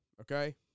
Okay